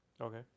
Okay